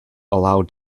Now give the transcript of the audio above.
allow